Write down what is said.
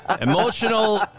Emotional